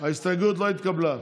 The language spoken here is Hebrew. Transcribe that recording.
ההסתייגות לא התקבלה.